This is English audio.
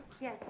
Yes